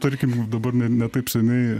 tarkim dabar ne ne taip seniai